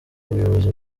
ubuyobozi